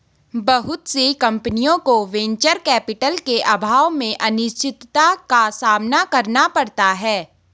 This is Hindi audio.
बहुत सी कम्पनियों को वेंचर कैपिटल के अभाव में अनिश्चितता का सामना करना पड़ता है